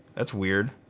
that's weird.